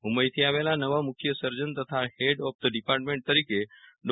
મુંબઇથી આવેલા નવા મુખ્ય સર્જન તથા હેડ ઓફ ધ ડિપાર્ટમેન્ટ તરીકે ડો